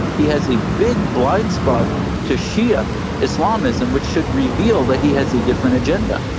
he has a big blind spot to shia islamism, which should reveal that he has a different agenda.